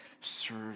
serve